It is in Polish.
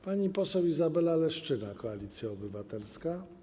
Pani poseł Izabela Leszczyna, Koalicja Obywatelska.